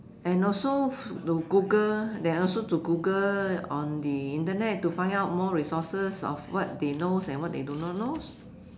and also to Google and also to Google on the internet to find out more resources of what they knows and what they do not knows